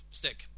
stick